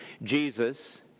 Jesus